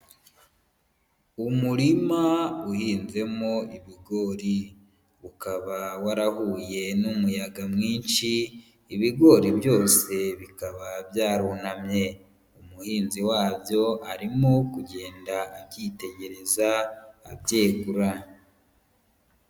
Umurima uhinzemo ibigori. Ukaba warahuye n'umuyaga mwinshi, ibigori byose bikaba byarunamye. Umuhinzi wabyo arimo kugenda abyitegereza, abyegura.